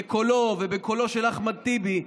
בקולו ובקולו של אחמד טיבי,